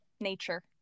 nature